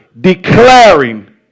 declaring